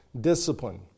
Discipline